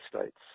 states